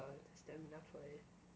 the stamina for it